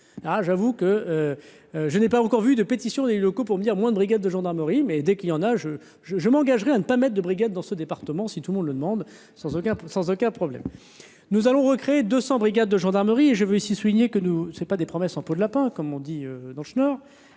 j'avoue que. Je n'ai pas encore vu de pétitions des locaux pour me dire moins brigades de gendarmerie, mais dès qu'il y en a, je, je, je m'engagerai à ne pas maître de brigades dans ce département, si tout le monde le monde sans aucun doute, sans aucun problème, nous allons recréer 200 brigades de gendarmerie et je veux aussi souligner que nous c'est pas des promesses en peau de lapin, comme on dit dans le Nord,